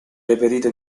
reperita